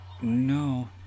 no